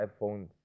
iPhone